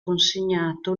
consegnato